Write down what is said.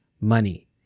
money